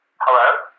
Hello